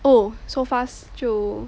oh so fast 就